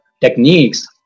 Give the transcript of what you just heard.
techniques